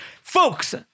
Folks